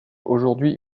aujourd’hui